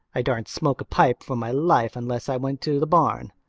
i darsn't smoke a pipe for my life unless i went to the barn.